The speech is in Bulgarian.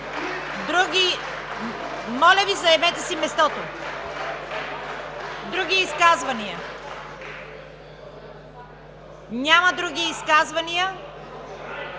България“.) Моля Ви, заемете си мястото. Други изказвания? Няма други изказвания.